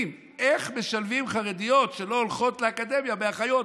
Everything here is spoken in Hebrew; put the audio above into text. איך משלבים חרדיות שלא הולכות לאקדמיה בלימודי אחיות,